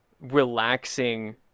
relaxing